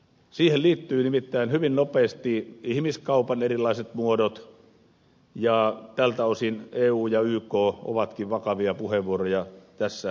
siihen liittyvät nimittäin hyvin nopeasti ihmiskaupan erilaiset muodot ja tältä osin eu ja yk ovatkin vakavia puheenvuoroja tässä käyttäneet